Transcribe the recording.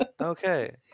Okay